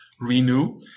renew